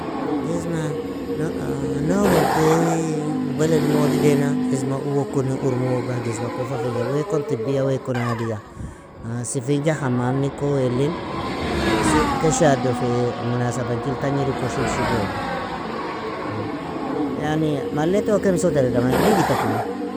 Jezma nougin tui baled maol ideenan jezma uwo kuni, urm uwo ga, jezma kufa fika weakon tibiya, weakon adiya. Sifinja hamamni ku wealin, ken shado fi munasabanchil tagniri kon shibshibeali. Yani malle to kemso tereda mena, digita kumu.